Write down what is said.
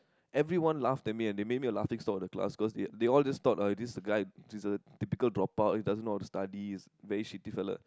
everyone laughed at me and they made me a laughing stock of the class cause they they all just thought oh this is the guy which is a typical drop out he doesn't know how to study is very shitty fella